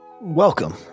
Welcome